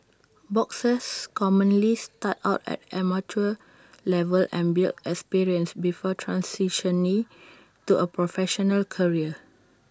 boxers commonly start out at amateur level and build experience before transitioning to A professional career